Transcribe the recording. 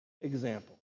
example